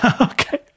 Okay